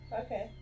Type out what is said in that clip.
Okay